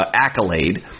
accolade